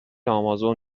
امازون